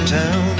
town